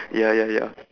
ya ya ya